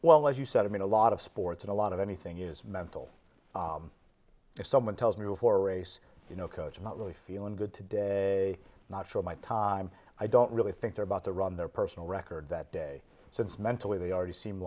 well as you said i mean a lot of sports and a lot of anything is mental if someone tells me before race you know coach i'm not really feeling good today not sure my time i don't really think they're about to run their personal record that day since mentally they already seem